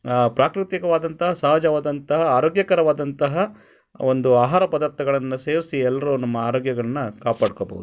ಪ್ರಾಕೃತಿಕವಾದಂಥ ಸಹಜವಾದಂತಹ ಆರೋಗ್ಯಕರವಾದಂತಹ ಒಂದು ಆಹಾರ ಪದಾರ್ಥಗಳನ್ನು ಸೇವಿಸಿ ಎಲ್ಲರೂ ನಮ್ಮ ಆರೋಗ್ಯಗಳನ್ನ ಕಾಪಾಡ್ಕೋಬಹ್ದು